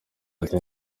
ati